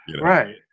Right